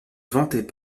vantait